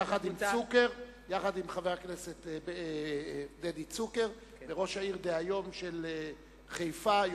יחד עם חבר הכנסת דדי צוקר וראש העיר של חיפה דהיום,